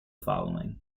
following